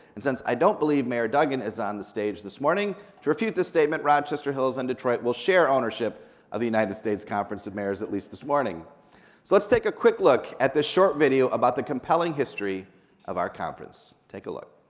and since i don't believe mayor duggan is on the stage this morning to refute this statement, rochester hills and detroit will share ownership of the united states conference of mayors, at least this morning. so let's take a quick look at this short video about the compelling history of our conference. take a look.